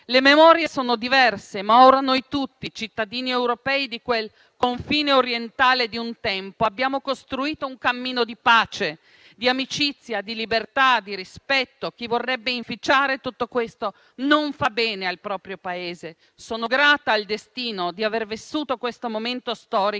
Le memorie sono diverse, ma ora noi tutti, cittadini europei di quel confine orientale di un tempo, abbiamo costruito un cammino di pace, di amicizia, di libertà e di rispetto. Chi vorrebbe inficiare tutto questo non fa bene al proprio Paese. Sono grata al destino di aver vissuto questo momento storico